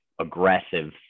aggressive